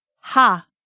Ha